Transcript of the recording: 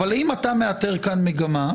האם אתה מאתר כאן מגמה?